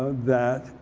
that,